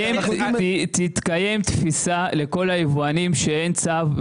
תתקיים תפיסה לכל היבואנים כשאין צו.